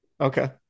Okay